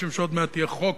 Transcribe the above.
משום שעוד מעט יהיה חוק